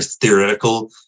theoretical